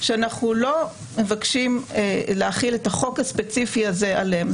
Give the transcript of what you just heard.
שאנחנו לא מבקשים להחיל את החוק הספציפי הזה עליהם.